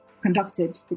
conducted